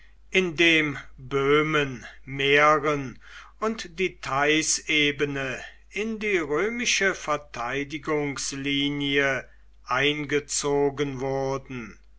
werden indem böhmen mähren und die theißebene in die römische verteidigungslinie eingezogen wurden